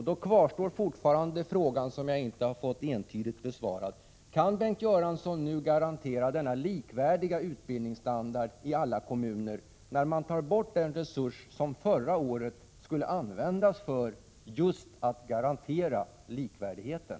Då kvarstår fortfarande den fråga som jag inte har fått entydigt besvarad: Kan Bengt Göransson nu garantera denna likvärdiga utbildningsstandard i alla kommuner, när man tar bort den resurs som förra året skulle användas just för att garantera likvärdigheten?